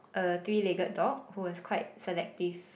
uh three legged dog who was quite selective